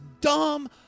dumb